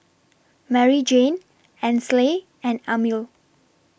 Maryjane Ansley and Amil